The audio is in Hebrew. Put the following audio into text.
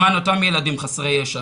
למען אותם ילדים חסרי ישע.